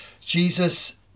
Jesus